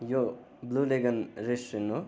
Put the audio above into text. यो blue lagoon restaurant हो